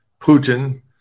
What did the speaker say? Putin